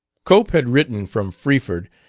cope had written from freeford,